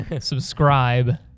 subscribe